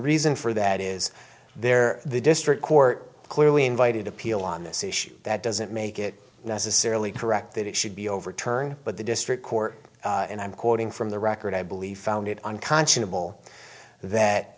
reason for that is there the district court clearly invited appeal on this issue that doesn't make it necessarily correct that it should be overturned but the district court and i'm quoting from the record i believe found it unconscionable